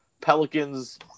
Pelicans